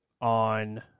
on